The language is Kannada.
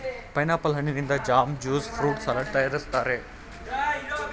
ಪೈನಾಪಲ್ ಹಣ್ಣಿನಿಂದ ಜಾಮ್, ಜ್ಯೂಸ್ ಫ್ರೂಟ್ ಸಲಡ್ ತರಯಾರಿಸ್ತರೆ